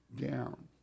down